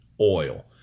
oil